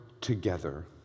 together